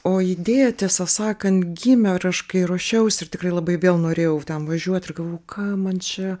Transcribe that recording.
o idėja tiesą sakant gimė ir aš kai ruošiausi ir tikrai labai vėl norėjau ten važiuot ir galvojau ką man čia